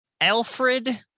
Alfred